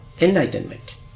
enlightenment